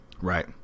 Right